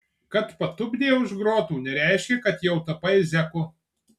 kad patupdė už grotų nereiškia kad jau tapai zeku